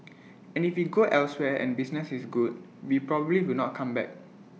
and if we go elsewhere and business is good we probably will not come back